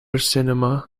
cinema